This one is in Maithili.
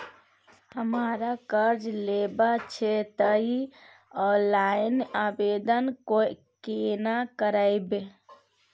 हमरा कर्ज लेबा छै त इ ऑनलाइन आवेदन केना करबै?